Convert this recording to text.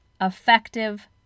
effective